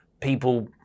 people